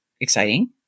exciting